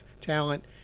talent